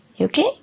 Okay